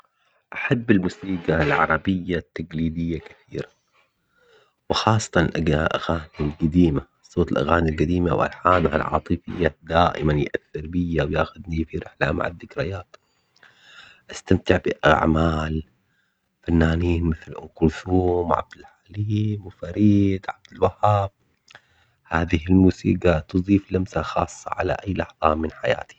أحب الموسيقى العربية التقليدية كثير، وخاصةً ألأق- الأغاني القديمة صوت الأغاني القديمة وألحانها العاطفية دائماً يأثر بية وياخذني في رحلة مع الذكريات، أستمتع بأعمال فنانين مثل أم كلثوم وعبدالحليم وفريد عبدالوهاب، هذه الموسيقى تضيف لمسة خاصة على أي لحظة من حياتي.